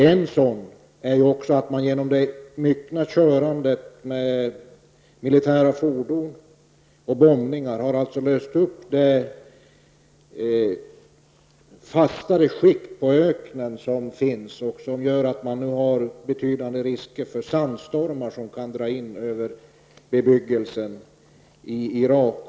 En sådan katastrof, på grund av det myckna körandet av militära fordon och bombningarna, har bidragit till att det fastare skiktet som finns i öknen lösts upp, och det gör att det nu finns betydande risker för sandstormar som kan dra in över bebyggelsen i Irak.